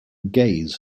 gaze